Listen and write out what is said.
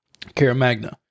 Caramagna